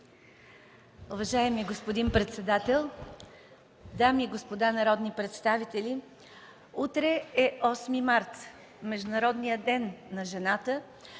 Уважаеми господин председател, дами и господа народни представители! Утре е 8 март – Международния ден на жената,